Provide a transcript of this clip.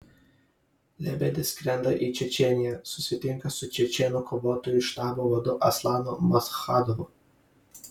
lebedis skrenda į čečėniją susitinka su čečėnų kovotojų štabo vadu aslanu maschadovu